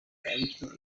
ariko